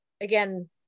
Again